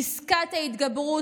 פסקת ההתגברות,